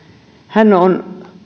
hän on